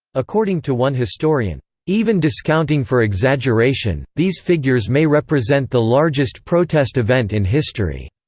according to one historian, even discounting for exaggeration, these figures may represent the largest protest event in history.